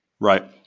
Right